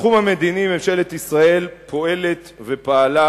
בתחום המדיני ממשלת ישראל פועלת ופעלה